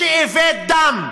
תאבי דם,